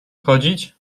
chodzić